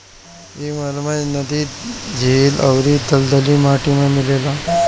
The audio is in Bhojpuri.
इ मगरमच्छ नदी, झील अउरी दलदली माटी में मिलेला